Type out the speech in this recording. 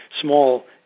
small